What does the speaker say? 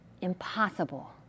Impossible